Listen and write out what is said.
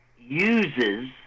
uses